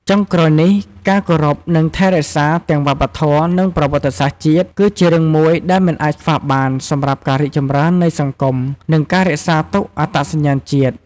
ចុងក្រោយនេះ ការគោរព និងថែរក្សាទាំងវប្បធម៌ និងប្រវត្តិសាស្ត្រជាតិ គឺជារឿងមួយដែលមិនអាចខ្វះបានសម្រាប់ការរីកចម្រើននៃសង្គម និងការរក្សាទុកអត្តសញ្ញាណជាតិ។